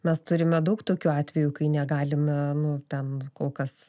mes turime daug tokių atvejų kai negalime nu ten kol kas